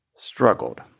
struggled